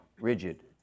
rigid